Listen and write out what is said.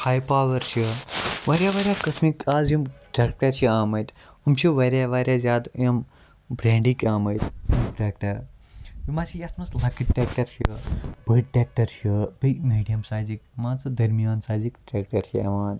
ہاے power چھ واریاہ واریاہ قٕسمٕکۍ آز یِم ٹریٚکٹَر چھِ آمٕتۍ یِم چھِ واریاہ واریاہ زیادٕ یِم بریٚنٛڈٕکۍ آمٕتۍ یِم ٹریٚکٹَر یِم اَسہِ یتھ مَنٛز لَکٕٹۍ ٹریٚکٹَر چھِ بٔڑۍ ٹریٚکٹَر چھِ بیٚیہِ میٖڈیَم سایزٕکۍ مان ژٕ دَرمیان سایزٕکۍ ٹریٚکٹَر چھِ یِوان